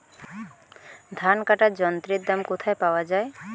ধান কাটার যন্ত্রের দাম কোথায় পাওয়া যায়?